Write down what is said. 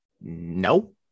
No